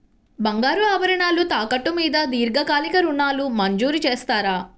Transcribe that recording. బంగారు ఆభరణాలు తాకట్టు మీద దీర్ఘకాలిక ఋణాలు మంజూరు చేస్తారా?